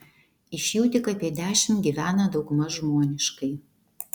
iš jų tik apie dešimt gyvena daugmaž žmoniškai